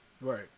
Right